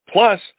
Plus